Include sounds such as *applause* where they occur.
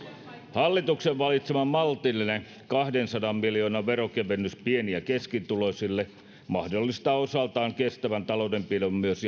hallituksen valitsema maltillinen kahdensadan miljoonan veronkevennys pieni ja keskituloisille mahdollistaa osaltaan kestävän taloudenpidon myös *unintelligible*